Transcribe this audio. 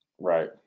Right